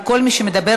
וכל מי שמדבר,